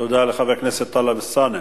תודה לחבר הכנסת טלב אלסאנע.